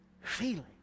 feeling